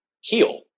heal